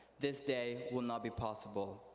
this day will not be possible.